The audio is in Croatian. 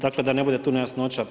Dakle, da ne bude tu nejasnoća.